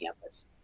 campus